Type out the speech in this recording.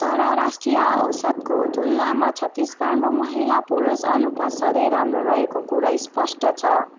तर राष्ट्रिय औसतको तुलनामा छत्तीसगढमा महिला पुरुष अनुपात सधैँ राम्रो रहेको कुरा स्पष्ट छ